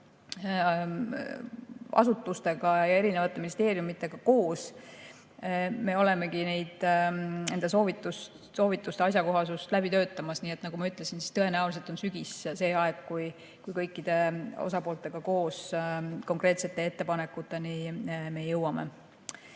asutustega ja erinevate ministeeriumidega koos me olemegi nende soovituste asjakohasust läbi töötamas. Nagu ma ütlesin, tõenäoliselt on sügis see aeg, kui me kõikide osapooltega koos konkreetsete ettepanekuteni jõuame.